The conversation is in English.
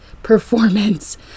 performance